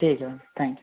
ठीक है ma'am thank you